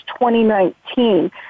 2019